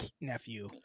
nephew